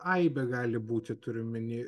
aibė gali būti turiu omeny